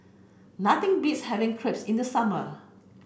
nothing beats having Crepes in the summer